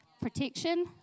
protection